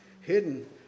hidden